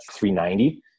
390